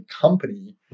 company